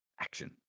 Action